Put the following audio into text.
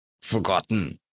forgotten